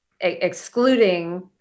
excluding